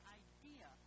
idea